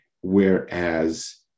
whereas